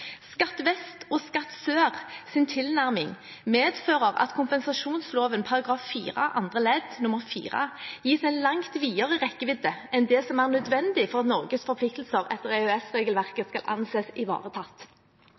Skatt vest og Skatt sør sin tilnærming medfører at kompensasjonsloven «§ 4 annet ledd nr. 4 gis en langt videre rekkevidde enn det som er nødvendig for at Norges forpliktelser etter EØS-regelverket skal anses ivaretatt».